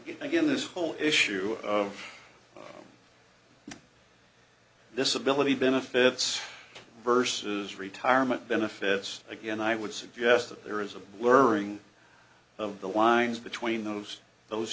and again this whole issue of this ability benefits versus retirement benefits again i would suggest that there is a blurring of the lines between those those